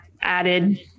added